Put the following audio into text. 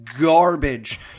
garbage